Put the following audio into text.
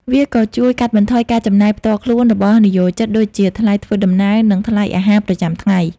វាក៏ជួយ កាត់បន្ថយការចំណាយ ផ្ទាល់ខ្លួនរបស់និយោជិត ដូចជាថ្លៃធ្វើដំណើរ និងថ្លៃអាហារប្រចាំថ្ងៃ។